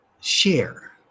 Share